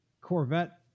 Corvette